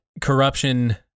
corruption